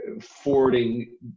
Forwarding